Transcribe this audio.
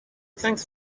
thanks